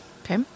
Okay